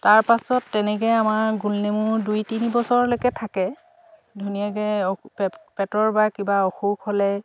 তাৰপাছত তেনেকৈ আমাৰ গোল নেমু দুই তিনিবছৰলৈকে থাকে ধুনীয়াকৈ পেটৰ বা কিবা অসুখ হ'লে